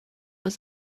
was